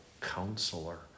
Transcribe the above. counselor